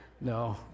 No